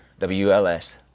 WLS